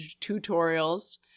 tutorials